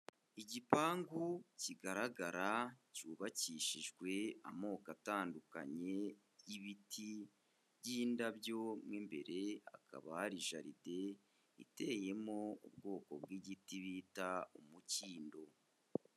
Igipangu kigaragara cyubakishijwe amoko atandukanye y'ibiti by'indabyo, mo imbere hakaba hari jaride iteyemo ubwoko bw'igiti bita umukindo.